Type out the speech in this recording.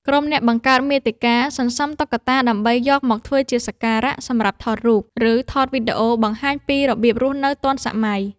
ក្រុម អ្នកបង្កើតមាតិកា សន្សំតុក្កតាដើម្បីយកមកធ្វើជាសម្ភារៈសម្រាប់ថតរូប ឬថតវីដេអូបង្ហាញពីរបៀបរស់នៅទាន់សម័យ។